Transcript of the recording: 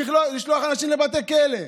לשלוח אנשים לבתי כלא.